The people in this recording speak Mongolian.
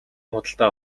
худалдан